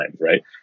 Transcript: right